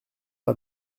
pas